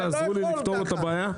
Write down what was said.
אתם תעזרו לי לפתור את הבעיה?